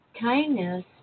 Kindness